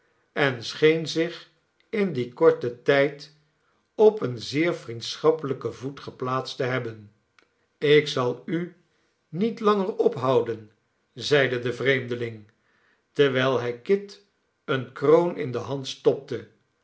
en scheen zich in dien korten tijd op een zeer vriendschappelijken voet geplaatst te hebben ik zal u niet langer ophouden zeide de vreemdeling terwijl hij kit eene kroon in de hand stopte